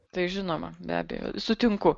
tai žinoma be abejo sutinku